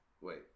Wait